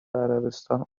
عربستان